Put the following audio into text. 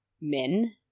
men